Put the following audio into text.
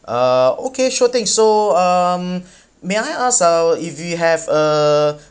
uh okay sure thanks so um may I ask so uh if you have uh